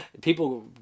people